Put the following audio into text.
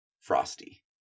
frosty